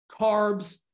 carbs